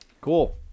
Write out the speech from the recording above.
Cool